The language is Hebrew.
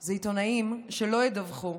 זה עיתונאים שלא ידווחו.